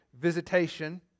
visitation